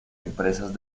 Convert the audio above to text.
empresas